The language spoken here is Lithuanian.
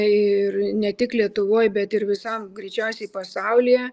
ir ne tik lietuvoj bet ir visam greičiausiai pasaulyje